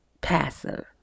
passive